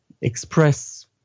express